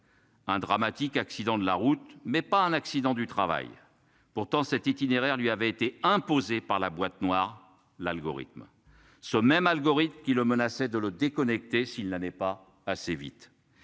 Un dramatique accident de la route mais pas un accident du travail. Pourtant cet itinéraire lui avait été imposée par la boîte noire l'algorithme ce même algorithmes qui le menaçait de le déconnecter s'il n'allait pas assez vite.